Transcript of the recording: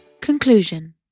Conclusion